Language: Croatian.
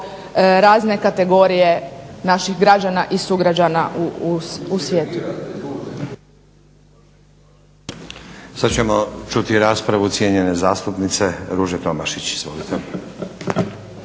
razne kategorije naših građana i sugrađana u svijetu.